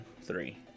three